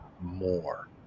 more